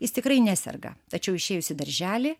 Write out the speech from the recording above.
jis tikrai neserga tačiau išėjus į darželį